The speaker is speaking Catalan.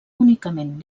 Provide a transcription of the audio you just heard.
únicament